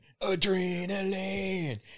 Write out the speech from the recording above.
adrenaline